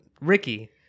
Ricky